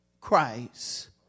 Christ